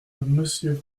monsieur